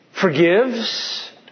forgives